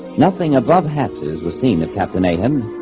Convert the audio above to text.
nothing above hatches was seen the captain ate him